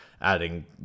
adding